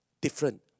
different